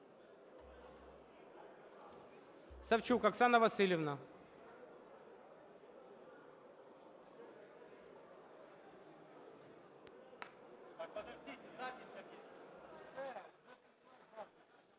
Савчук Оксана Василівна.